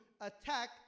attack